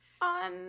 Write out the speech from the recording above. on